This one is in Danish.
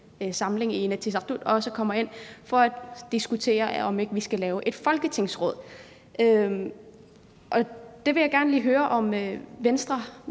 samling i Inatsisartut kommer ind for at diskutere, om ikke vi skal lave et folketingsråd. Der vil jeg gerne lige høre, om Venstre